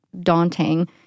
daunting